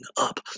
up